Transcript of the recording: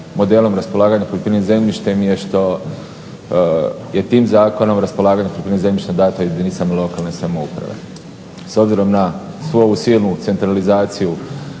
modelom raspolaganja poljoprivrednim zemljištem je što je tim zakonom raspolaganje zemljištem dano jedinicama lokalne samouprave. S obzirom na svu ovu silnu centralizaciju